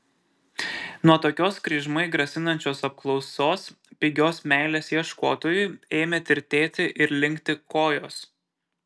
nuo tokios kryžmai grasinančios apklausos pigios meilės ieškotojui ėmė tirtėti ir linkti kojos